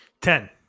ten